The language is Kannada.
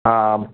ಆಂ